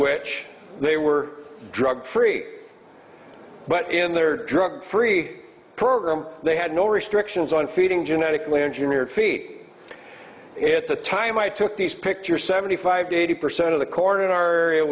which they were drug free but in their drug free program they had no restrictions on feeding genetically engineered feed it at the time i took these pictures seventy five eighty percent of the corn in our area